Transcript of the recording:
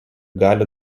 gali